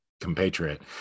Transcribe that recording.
compatriot